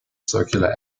circular